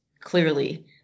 clearly